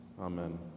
Amen